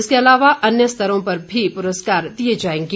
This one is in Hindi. इसके अलावा अन्य स्तरों पर भी पुरस्कार दिए जाएंगे